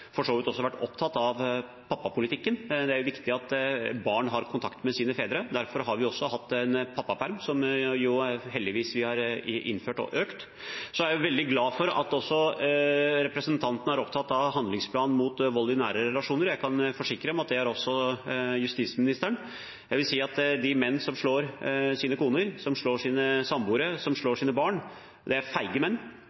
for så vidt også vært opptatt av pappapolitikken. Det er viktig at barn har kontakt med sine fedre. Derfor har vi hatt en pappaperm som vi heldigvis har innført og økt. Jeg er veldig glad for at representanten er opptatt av handlingsplanen mot vold i nære relasjoner. Jeg kan forsikre om at det er også justisministeren. Jeg vil si at de menn som slår sine koner, som slår sine samboere, som